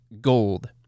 Gold